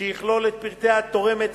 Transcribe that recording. שיכלול את פרטי התורמת,